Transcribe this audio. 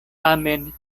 tamen